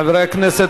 חברי הכנסת,